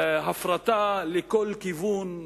הפרטה לכל כיוון,